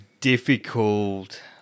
difficult